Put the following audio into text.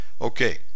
Okay